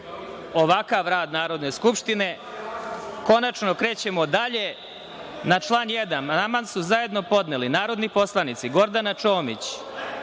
ovakav rad Narodne skupštine. Konačno krećemo dalje. Na član 1. amandman su zajedno podneli narodni poslanici Gordana Čomić,